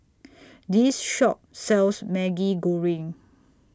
This Shop sells Maggi Goreng